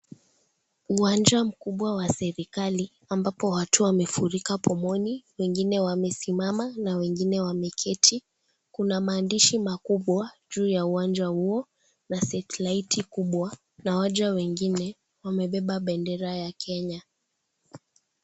Uwanja mkubwa wa serikali ambapo watu wamefurika wengine wamesimama na wengine wameketi. Kuna maandishi makubwa juu ya uwanja huo na satelaiti kubwa na waja wengine wamebeba bendera ya Kenya.